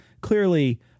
clearly